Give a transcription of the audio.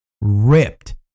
Ripped